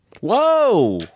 Whoa